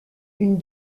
une